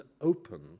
open